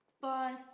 Bye